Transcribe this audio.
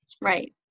Right